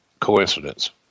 coincidence